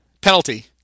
Penalty